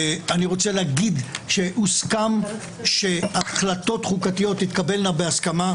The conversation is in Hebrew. אני רוצה להגיד שהוסכם שהחלטות חוקתיות תתקבלנה בהסכמה,